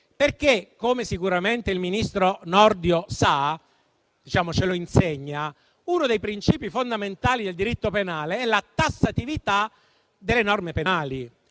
Come sicuramente il ministro Nordio sa e ci insegna, uno dei princìpi fondamentali del diritto penale è la tassatività delle norme penali.